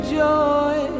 joy